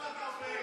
לא,